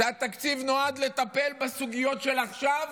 תקציב שנועד לטפל בסוגיות של עכשיו,